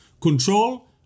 control